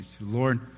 Lord